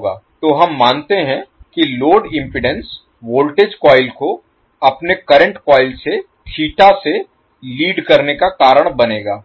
तो हम मानते हैं कि लोड इम्पीडेन्स वोल्टेज कॉइल को अपने करंट कॉइल से थीटा से लीड करने का कारण बनेगा